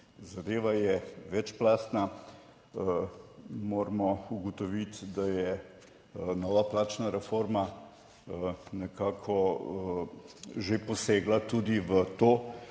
Zadeva je večplastna. Moramo ugotoviti, da je nova plačna reforma nekako že posegla tudi v to.